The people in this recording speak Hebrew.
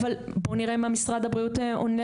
אבל בואו נראה מה משרד הבריאות עונה